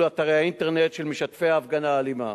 אתרי האינטרנט של משתתפי ההפגנה האלימה.